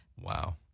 wow